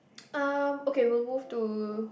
uh okay we'll move to